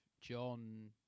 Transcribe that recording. John